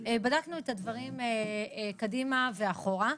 בדקנו את הדברים קדימה ואחורה.